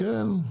כן.